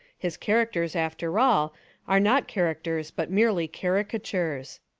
his characters after all are not characters but merely caricatures.